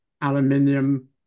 aluminium